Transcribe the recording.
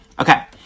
Okay